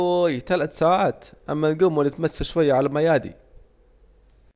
يابووي تلات ساعات، اما نجوموا نتمشوا شويه على ما ياجي